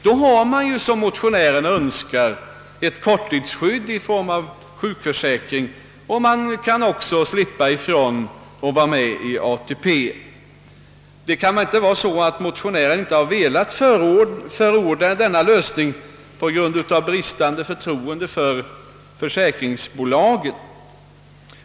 Då har man som motionärerna önskar ett korttidsskydd i form av sjukförsäkring, och man slipper ifrån att vara med i ATP. Det kan väl inte vara så, att motionärerna inte velat förorda denna lösning på grund av bristande förtroende för försäkringsbolagen.